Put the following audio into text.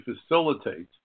facilitate